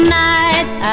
nights